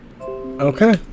Okay